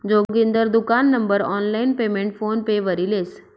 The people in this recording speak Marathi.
जोगिंदर दुकान नं आनलाईन पेमेंट फोन पे वरी लेस